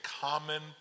common